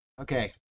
Okay